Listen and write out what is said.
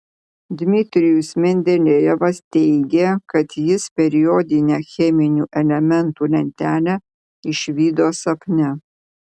dmitrijus mendelejevas teigė kad jis periodinę cheminių elementų lentelę išvydo sapne